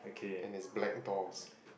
and is black doors